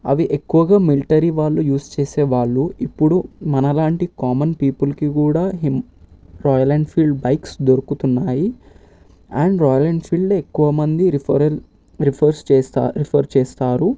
అవి ఎక్కువగా మిలిటరీ వాళ్ళు యూస్ చేసే వాళ్ళు ఇప్పుడు మనలాంటి కామన్ పీపుల్కి కూడా రాయల్ ఎన్ఫీల్డ్ బైక్స్ దొరుకుతున్నాయి అండ్ రాయల్ ఎన్ఫీల్డ్ ఎక్కువమంది రిఫరెన్ రిఫర్స్ చేస్తారు రిఫర్ చేస్తారు